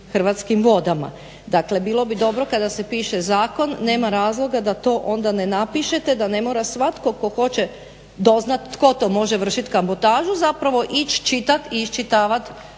hrvatskim vodama. Dakle bilo bi dobro kada se piše zakon nema razloga da to onda ne napišete da ne mora svatko tko hoće doznati tko to može vršiti kabotažu zapravo ići čitati i iščitavati